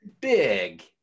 big